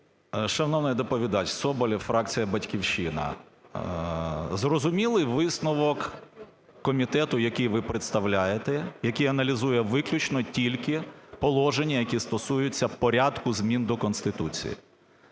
Шановний доповідач, Соболєв, фракція "Батьківщина". Зрозумілий висновок комітету, який ви представляєте, який аналізує виключно тільки положення, які стосуються порядку змін до Конституції.